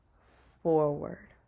forward